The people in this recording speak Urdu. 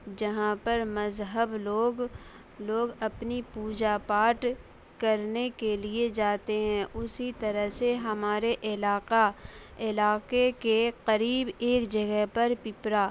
جہاں پر مذہب لوگ لوگ اپنی پوجا پاٹ کرنے کے لیے جاتے ہیں اسی طرح سے ہمارے علاقہ علاقے کے قریب ایک جگہ پر پپرا